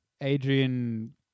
Adrian